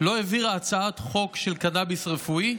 לא העבירה הצעת חוק של קנביס רפואי?